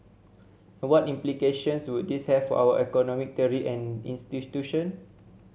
and what implications would this have for our economic theory and institution